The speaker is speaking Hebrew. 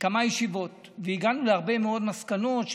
בכמה ישיבות והגענו להרבה מאוד מסקנות,